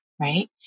right